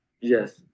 yes